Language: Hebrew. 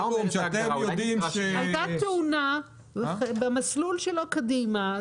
הייתה תאונה והכביש חסום.